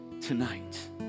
tonight